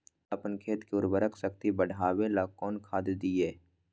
अपन खेत के उर्वरक शक्ति बढावेला कौन खाद दीये?